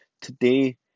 today